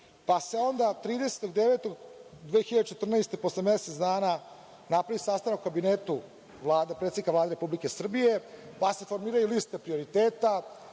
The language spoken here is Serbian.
pa se onda 30.9.2014. godine, posle mesec dana, napravi sastanak u kabinetu predsednika Vlade Republike Srbije, pa se formiraju liste prioriteta,